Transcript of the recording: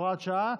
הוראת שעה),